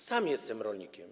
Sam jestem rolnikiem.